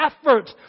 effort